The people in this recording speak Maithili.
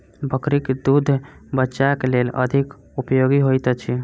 बकरीक दूध बच्चाक लेल अधिक उपयोगी होइत अछि